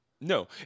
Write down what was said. no